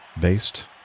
based